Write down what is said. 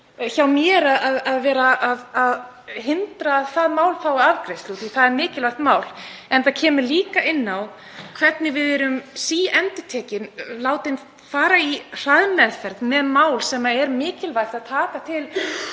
hjá mér til að hindra að það mál fái afgreiðslu því að það er mikilvægt mál. En það kemur líka inn á hvernig við erum síendurtekið látin fara í hraðmeðferð með mál sem mikilvægt er að taka